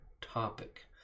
topic